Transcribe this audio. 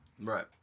Right